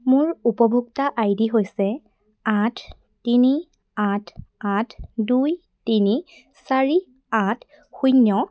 মোৰ উপভোক্তা I D হৈছে আঠ তিনি আঠ আঠ দুই তিনি চাৰি আঠ শূন্য